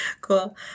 Cool